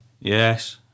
Yes